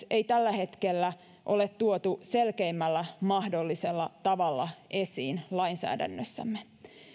ei tällä hetkellä ole tuotu selkeimmällä mahdollisella tavalla esiin lainsäädännössämme